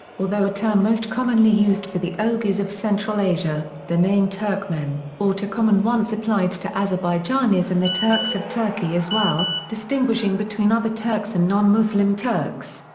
although a term most commonly used for the oghuz of central asia, the name turkmen or turcoman once applied to azerbaijanis and the turks of turkey as well, distinguishing between other turks and non-muslim turks.